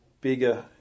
bigger